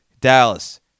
Dallas